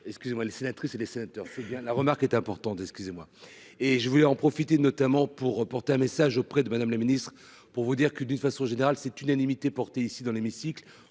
excusez-moi les sénatrices et les sénateurs. C'est bien la remarque est importante. Excusez-moi et je voulais en profiter notamment pour porter un message auprès de Madame la Ministre pour vous dire que d'une façon générale cette unanimité porter ici dans l'hémicycle